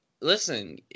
Listen